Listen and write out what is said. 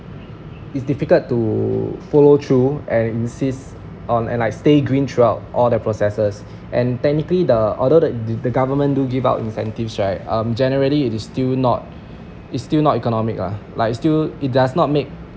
it's difficult to follow through and insist on like stay green throughout all the processes and technically the although the the government do give out incentives right um generally it is still not it's still not economic lah like still it does not make